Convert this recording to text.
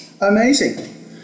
Amazing